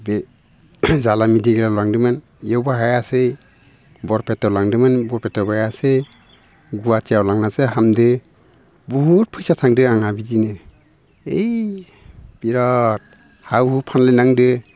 जालां मेडिकेलाव लांदोमोन इयावबो हायासै बरपेटायाव लांदोमोन बरपेटायावबो हायासै गुवाहाटियाव लांनासो हामदो बहुद फैसा थांदो आंहा बिदिनो ओइ बिराद हा हु फानलायनांदो